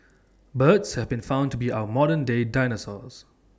birds have been found to be our modern day dinosaurs